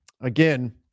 again